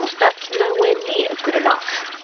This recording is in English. that's nowhere near good enough.